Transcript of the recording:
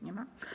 Nie ma.